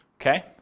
Okay